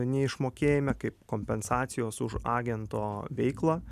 neišmokėjime kaip kompensacijos už agento veiklą